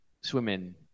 swimming